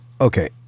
Okay